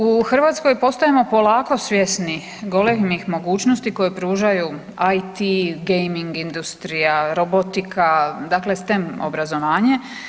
U Hrvatskoj postajemo polako svjesni golemih mogućnosti koje pružaju IT, gaming industrija, robotika dakle STEM obrazovanje.